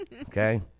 okay